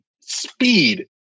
speed